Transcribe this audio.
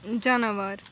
جاناوار